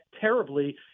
terribly